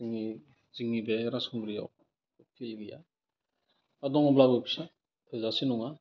जोंनि जोंनि बे राजखुंग्रियाव फिल्ड गैया बा दङब्लाबो फिसा थोजासे नङा